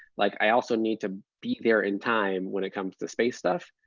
like i also need to be there in time when it comes to space stuff,